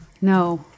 No